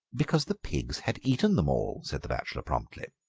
because the pigs had eaten them all, said the bachelor promptly.